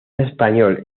español